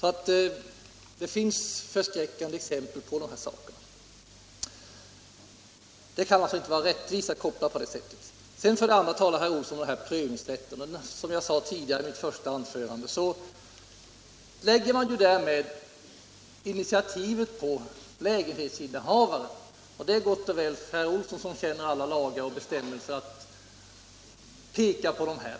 Det finns alltså avskräckande exempel. Den här kopplingen kan inte vara rättvis. Herr Olsson talade vidare om prövningsrätten. Som jag sade i mitt första anförande lägger man här initiativet på lägenhetsinnehavaren. Det är gott och väl för herr Olsson, som känner till alla lagar och bestämmelser.